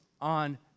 on